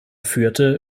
führte